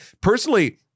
personally